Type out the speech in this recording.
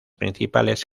principales